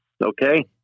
okay